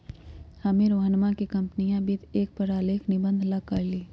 हम्मे रोहनवा के कंपनीया वित्त पर एक आलेख निबंध ला कहली